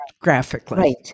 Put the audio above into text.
graphically